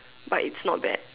but it's not bad